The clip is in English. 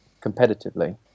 competitively